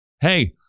Hey